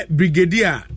brigadier